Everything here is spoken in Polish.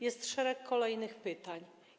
Jest szereg kolejnych pytań.